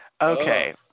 Okay